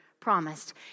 promised